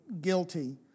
guilty